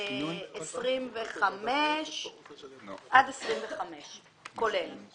על סעיף 25. עד סעיף 25, כולל.